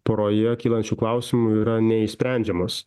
poroje kylančių klausimų yra neišsprendžiamos